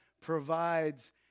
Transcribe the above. provides